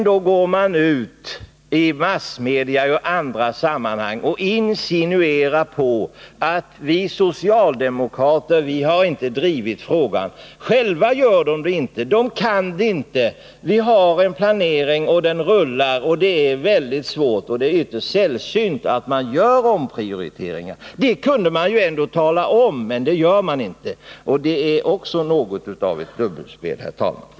De går ut i olika sammanhang, även till massmedia, och insinuerar att vi socialdemokrater inte har drivit den här frågan. Själva gör de det inte. De kan det inte. Vi har en rullande planering, och det är väldigt svårt och ytterst sällsynt att man inom den planen gör omprioriteringar. Det kunde man tala om, men det gör man inte. Det är också något av ett dubbelspel, herr talman.